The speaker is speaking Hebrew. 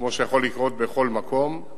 כמו שיכול לקרות בכל מקום.